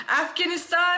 afghanistan